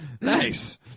Nice